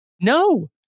No